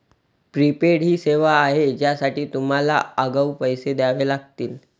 prepaid ही सेवा आहे ज्यासाठी तुम्हाला आगाऊ पैसे द्यावे लागतील